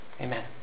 Amen